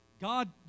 God